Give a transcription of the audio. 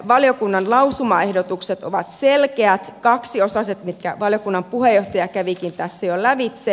valiokunnan lausumaehdotukset ovat selkeät kaksiosaiset mitkä valiokunnan puheenjohtaja kävikin tässä jo lävitse